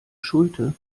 schulte